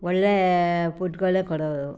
ಒಳ್ಳೆಯ ಪುಡ್ಗಳೇ ಕೊಡೋದು